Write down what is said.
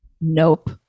nope